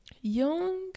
young